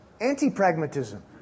anti-pragmatism